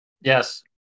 Yes